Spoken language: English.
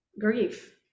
grief